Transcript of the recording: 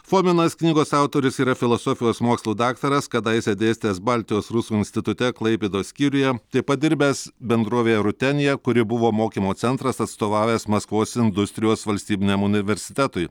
fominas knygos autorius yra filosofijos mokslų daktaras kadaise dėstęs baltijos rusų institute klaipėdos skyriuje taip pat dirbęs bendrovėje rutenija kuri buvo mokymo centras atstovavęs maskvos industrijos valstybiniam universitetui